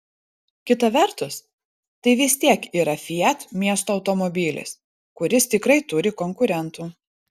kita vertus tai vis tiek yra fiat miesto automobilis kuris tikrai turi konkurentų